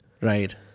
Right